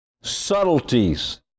subtleties